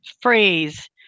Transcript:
phrase